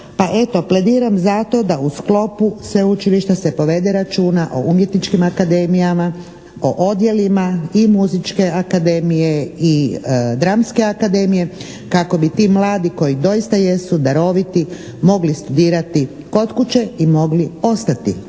plebiram za to da u sklopu sveučilišta se povede računa o umjetničkim akademijama, o odjelima i muzičke akademije i dramske akademije, kako bi ti mladi koji doista jesu daroviti mogli studirati kod kuće i mogli ostati